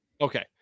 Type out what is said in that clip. Okay